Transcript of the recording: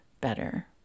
better